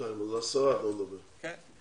זה מאוד משמעותי.